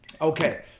Okay